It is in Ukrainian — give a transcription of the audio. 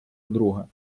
друга